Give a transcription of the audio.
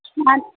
শোনার